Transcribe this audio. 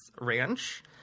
ranch